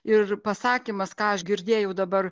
ir pasakymas ką aš girdėjau dabar